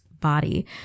body